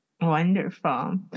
Wonderful